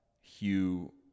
Hugh